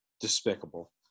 despicable